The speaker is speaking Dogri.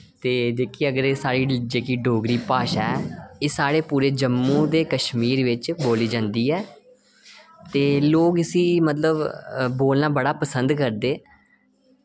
ते जेह्की अगर ए साढ़ी जेह्की डोगरी भाशा ऐ एह् साढ़े पूरे जम्मू ते कश्मीर बिच बोल्ली जन्दी ऐ ते लोक इसी मतलब बोलना बड़ा पसंद करदे